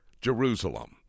Jerusalem